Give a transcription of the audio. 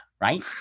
right